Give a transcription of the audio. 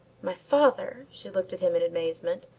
my father? she looked at him in amazement.